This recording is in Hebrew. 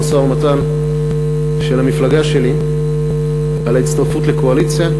המשא-ומתן של המפלגה שלי על ההצטרפות לקואליציה,